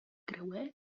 creuer